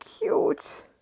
cute